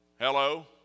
Hello